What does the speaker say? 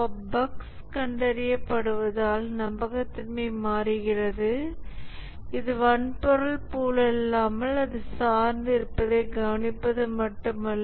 bugs கண்டறியப்படுவதால் நம்பகத்தன்மை மாறுகிறது இது வன்பொருள் போலல்லாமல் அது சார்ந்து இருப்பதைக் கவனிப்பது மட்டுமல்ல